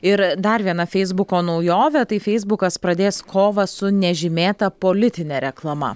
ir dar viena feisbuko naujovė tai feisbukas pradės kovą su nežymėta politine reklama